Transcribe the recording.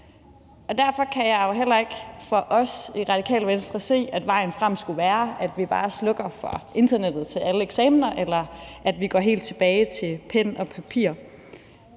Derfor kan jeg jo heller ikke for os i Radikale Venstre se, at vejen frem skulle være, at vi bare slukker for internettet til alle eksamener, eller at vi går helt tilbage til pen og papir.